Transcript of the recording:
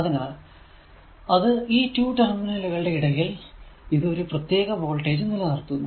അതിനാൽ അത് ഈ 2 ടെർമിനലുകളുടെ ഇടയിൽ ഇത് ഒരു പ്രത്യേക വോൾടേജ് നിലനിർത്തുന്നു